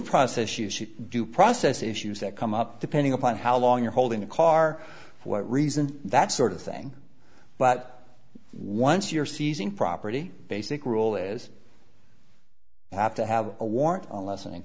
process you see due process issues that come up depending upon how long you're holding a car for what reason that sort of thing but once you're seizing property basic rule is you have to have a warrant less